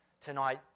tonight